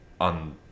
on